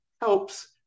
helps